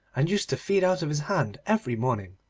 and used to feed out of his hands every morning.